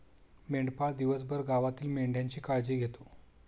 मेंढपाळ दिवसभर गावातील मेंढ्यांची काळजी घेतो